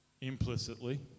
implicitly